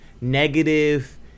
Negative